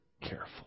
careful